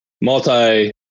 multi